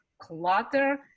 Clutter